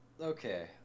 okay